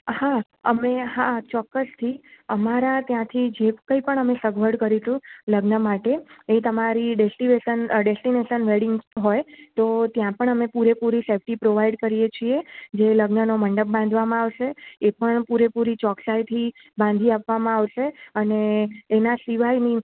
હા અમે હા ચોક્કસથી અમારા ત્યાંથી જે કંઇપણ અમે સગવડ કરીશું લગ્ન માટે એ તમારી ડેસ્ટિવેશન ડેસ્ટીનસન વેડિંગ હોય તો ત્યાં પણ અમે પૂરેપૂરી સેફટી પ્રોવાઈડ કરીએ છીએ જે લગ્નનો મંડપ બાંધવામાં આવશે એ પણ પૂરેપૂરી ચોક્સાઈથી બાંઘી આપવામાં આવશે અને એના સિવાયની